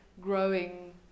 growing